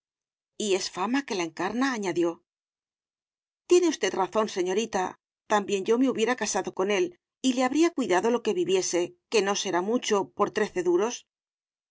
y es fama que la encarna añadió tiene usted razón señorita también yo me hubiera casado con él y le habría cuidado lo que viviese que no será mucho por trece duros